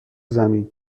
زمین